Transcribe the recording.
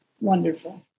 wonderful